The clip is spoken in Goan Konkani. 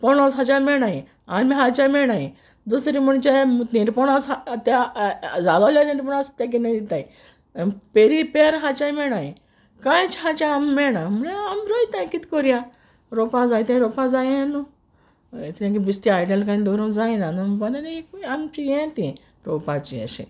पोणोस खायच्या मेयणाय आमे खायच्या मेयणाय दुसरें म्हणजे निरपोणोस ते जालोले निरपोणोस ते घेयन वोयताय पेरी पेर खायच्या मेयणाय कांयच खायच्या मेयणा म्हणल्या आमी रोयताय कितें कोरया रोंवपा जाय तें रोंवपा जाये न्हू एथेंगे बेश्टे आयडल रावपा जायना न्हू म्हणोन एक आमचे हे तें रोंवपाचें एशें